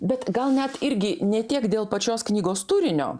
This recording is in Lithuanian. bet gal net irgi ne tiek dėl pačios knygos turinio